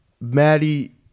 Maddie